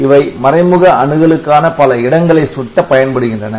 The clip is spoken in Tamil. அவை மறைமுக அணுகலுக்கான பல இடங்களை சுட்ட பயன்படுகின்றன